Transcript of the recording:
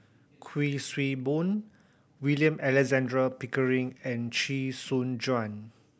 Kuik Swee Boon William Alexander Pickering and Chee Soon Juan